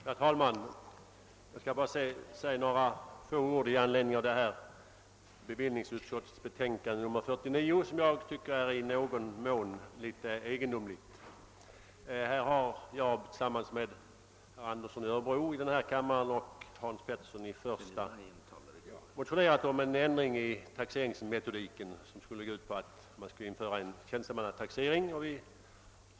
Herr talman! Jag vill säga några ord i anledning av bevillningsutskottets betänkande nr 49, som jag finner i viss mån egendomligt. Tillsammans med herr Andersson i Örebro i denna kammare och herr Hans Petersson i första kammaren har jag motionerat om en ändring i taxeringsmetodiken, som skulle gå ut på att införa en tjänstemannataxering.